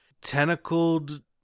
tentacled